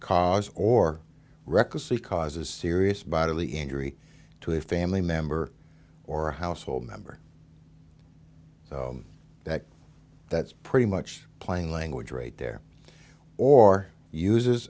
cause or recklessly cause a serious bodily injury to a family member or a household member so that that's pretty much plain language rate there or uses